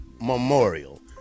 Memorial